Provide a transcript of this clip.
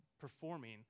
performing